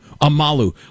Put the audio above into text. Amalu